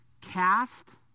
Cast